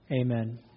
Amen